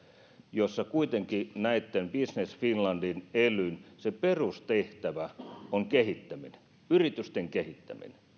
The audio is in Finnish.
jossa kuitenkin business finlandin ja elyn perustehtävä on kehittäminen yritysten kehittäminen